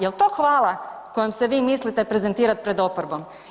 Jel to hvala kojom se mislite prezentirati pred oporbom?